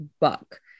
book